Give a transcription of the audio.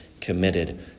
committed